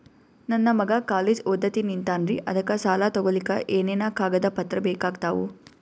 ನನ್ನ ಮಗ ಕಾಲೇಜ್ ಓದತಿನಿಂತಾನ್ರಿ ಅದಕ ಸಾಲಾ ತೊಗೊಲಿಕ ಎನೆನ ಕಾಗದ ಪತ್ರ ಬೇಕಾಗ್ತಾವು?